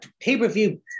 pay-per-view